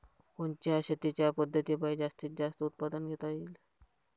कोनच्या शेतीच्या पद्धतीपायी जास्तीत जास्त उत्पादन घेता येईल?